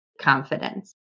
Confidence